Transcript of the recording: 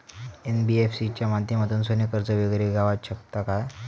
NBFC च्या माध्यमातून सोने कर्ज वगैरे गावात शकता काय?